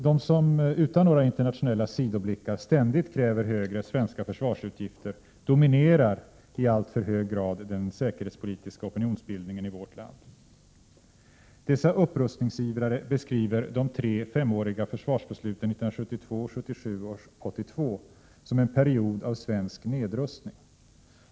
De som utan några internationella sidoblickar ständigt kräver högre svenska försvarsutgifter dominerar i alltför hög grad den säkerhetspolitiska opinionsbildningen i vårt land. Dessa upprustningsivrare beskriver de tre femåriga försvarsbesluten 1972, 1977 och 1982 som en period av svensk nedrustning.